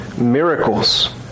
Miracles